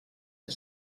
que